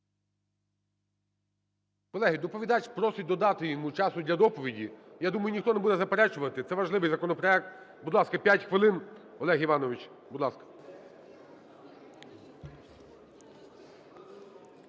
доповідач просить додати йому часу для доповіді. Я думаю, ніхто не буде заперечувати, це важливий законопроект. Будь ласка, 5 хвилин. Олег Іванович, будь ласка.